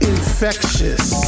Infectious